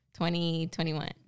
2021